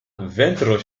ventro